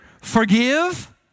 forgive